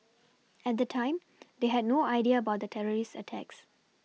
at the time they had no idea about the terrorist attacks